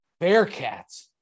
bearcats